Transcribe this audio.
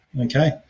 Okay